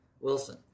Wilson